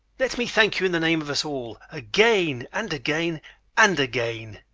let me thank you in the name of us all, again and again and again.